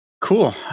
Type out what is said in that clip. Cool